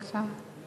בבקשה.